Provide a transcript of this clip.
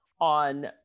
on